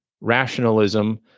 rationalism